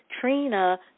Trina